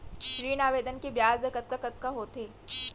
ऋण आवेदन के ब्याज दर कतका कतका होथे?